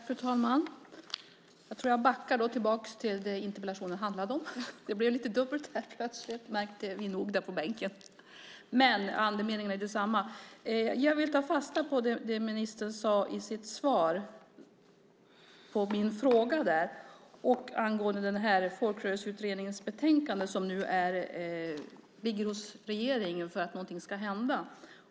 Fru talman! Jag backar tillbaka till det interpellationen handlade om. Det blev lite dubbelt plötsligt, men andemeningen är densamma. Jag vill ta fasta på det ministern sade i sitt svar på min fråga angående Folkrörelseutredningens betänkande som ligger hos regeringen för att något ska hända.